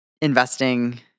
investing